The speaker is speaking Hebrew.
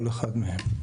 כל אחד מהם.